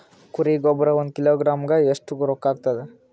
ಕುರಿ ಗೊಬ್ಬರ ಒಂದು ಕಿಲೋಗ್ರಾಂ ಗ ಎಷ್ಟ ರೂಕ್ಕಾಗ್ತದ?